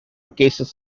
cases